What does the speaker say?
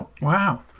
Wow